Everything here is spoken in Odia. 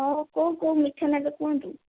ଆଉ କୋଉ କୋଉ ମିଠା ନେବେ କୁହନ୍ତୁ